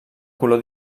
color